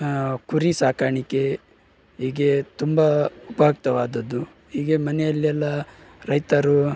ಕುರಿ ಸಾಕಾಣಿಕೆ ಹೀಗೆ ತುಂಬ ಉಪಯುಕ್ತವಾದುದ್ದು ಹೀಗೆ ಮನೆಯಲೆಲ್ಲ ರೈತರು